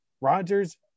Rodgers